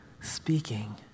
Speaking